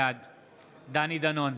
בעד דני דנון,